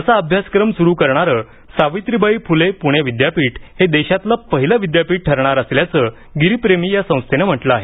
असा अभ्यासक्रम सुरू करणारं सावित्रीबाई फुले पुणे विद्यापीठ हे देशातलं पहिलं विद्यापीठ ठरणार असल्याचं गिरीप्रेमी या संस्थेनं म्हटलं आहे